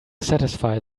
satisfy